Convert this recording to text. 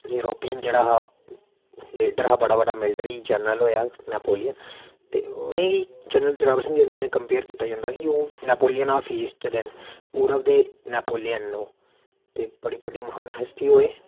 European जेह्ड़ा हा leader हा बड़ा बड्डा मिलट्री जनरल होआ बड़ा ते उनें ई जनरल जोरावर सिंह होरें गी उंदे कन्नै कम्पेअर कीता जंदा कि नैपोलियन ऑफ ईस्ट दे न पूर्ब दे नौपोलियन न ओह् ते बड़ी बड्डी महान हस्ती होए